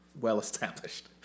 well-established